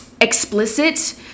explicit